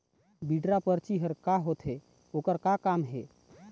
Withdraw परची हर का होते, ओकर का काम हे?